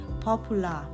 popular